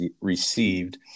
received